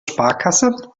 sparkasse